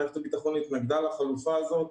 מערכת הביטחון התנגדה לחלופה הזאת.